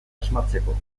asmatzeko